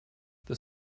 that